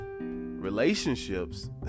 relationships